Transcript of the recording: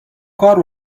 کار